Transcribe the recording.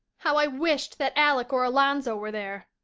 how i wished that alec or alonzo were there.